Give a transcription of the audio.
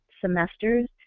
semesters